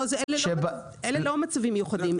לא, אלה לא מצבים מיוחדים.